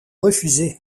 refusé